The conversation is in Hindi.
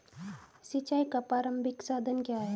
सिंचाई का प्रारंभिक साधन क्या है?